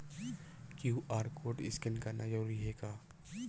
QR code scan करना जरूरी हे का?